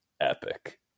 epic